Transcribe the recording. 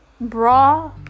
Bra